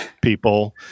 people